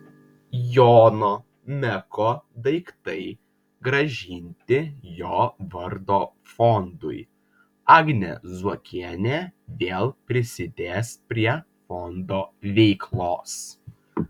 jono meko daiktai grąžinti jo vardo fondui agnė zuokienė vėl prisidės prie fondo veiklos